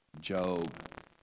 Job